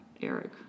Eric